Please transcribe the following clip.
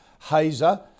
Hazer